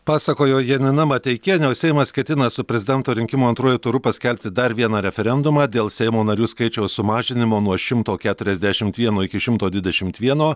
pasakojo janina mateikienė o seimas ketina su prezidento rinkimų antruoju turu paskelbti dar vieną referendumą dėl seimo narių skaičiaus sumažinimo nuo šimto keturiasdešimt vieno iki šimto dvidešimt vieno